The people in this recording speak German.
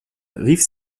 rief